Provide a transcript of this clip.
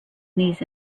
knees